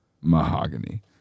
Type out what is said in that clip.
mahogany